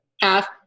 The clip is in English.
half